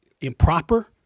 improper